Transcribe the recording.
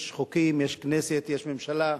יש חוקים, יש כנסת, יש ממשלה,